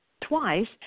twice